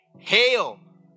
Hail